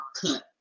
cut